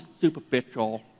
superficial